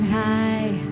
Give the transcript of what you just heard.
high